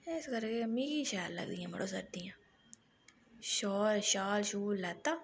इसकरी मिगी शैल लगदियां मढ़ो सर्दियां शोल शाल शूल लैता